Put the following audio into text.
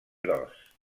gros